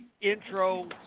intro